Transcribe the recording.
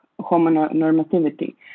homonormativity